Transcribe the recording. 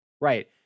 Right